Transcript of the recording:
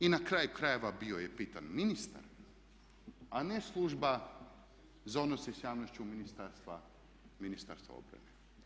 I na kraju krajeva bio je pitan ministar a ne služba za odnose s javnošću Ministarstva obrane.